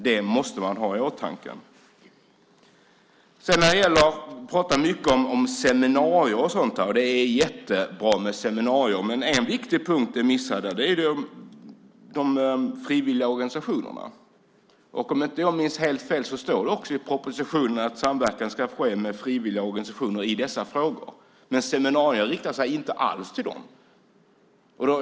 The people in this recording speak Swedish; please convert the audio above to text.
Det måste man ha i åtanke. Statsrådet pratar mycket om seminarier och sådant, och det är jättebra med seminarier. Men en viktig punkt är missad där, och det är de frivilliga organisationerna. Om jag inte minns helt fel står det också i propositionen att samverkan ska ske med frivilliga organisationer i dessa frågor, men seminarierna riktar sig inte alls till dem.